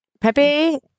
Pepe